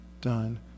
done